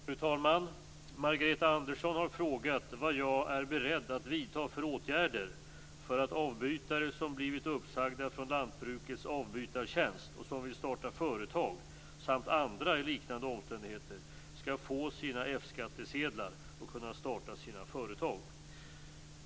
Fru talman! Margareta Andersson har frågat vad jag är beredd att vidta för åtgärder för att avbytare som blivit uppsagda från Lantbrukets avbytartjänst och som vill starta företag samt andra i liknande omständigheter skall få sina F-skattsedlar och kunna starta sina företag.